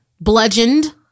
bludgeoned